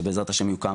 שבעזרת השם יוקם